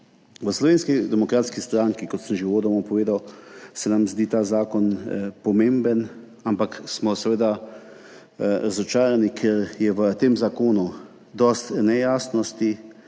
V Slovenski demokratski stranki, kot sem že uvodoma povedal, se nam zdi ta zakon pomemben, ampak smo razočarani, ker je v tem zakonu dosti nejasnosti,